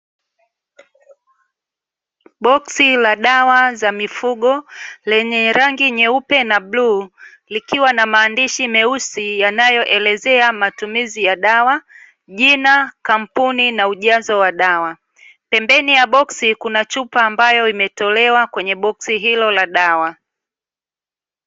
Boksi la dawa za mifugo lenye rangi nyeupe na bluu; likiwa na maandishi meusi yanayoelezea matumizi ya dawa, jina, kampuni na ujazo wa dawa. Pembeni ya boksi kuna chupa ambayo imetolewa kwenye boksi hilo la dawa.